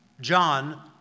John